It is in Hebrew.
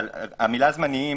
המילה "זמניים"